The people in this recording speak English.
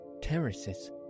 terraces